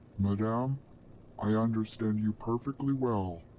um i understand you perfectly well.